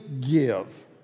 give